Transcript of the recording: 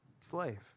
slave